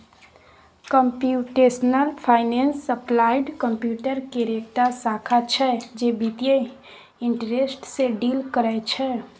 computational finance applied computer केर एकटा शाखा छै जे बित्तीय इंटरेस्ट सँ डील करय छै